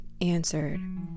answered